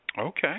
Okay